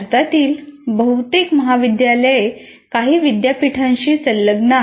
भारतातील बहुतेक महाविद्यालये काही विद्यापीठाशी संलग्न आहेत